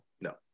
No